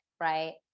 right